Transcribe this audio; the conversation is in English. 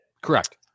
Correct